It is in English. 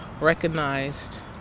recognized